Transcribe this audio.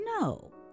No